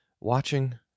watching